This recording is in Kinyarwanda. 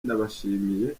ndabashimiye